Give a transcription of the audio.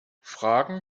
fragen